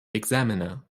examiner